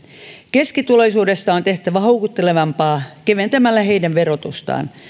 keskituloisuudesta on tehtävä houkuttelevampaa keventämällä verotusta